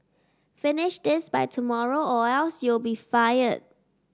finish this by tomorrow or else you'll be fired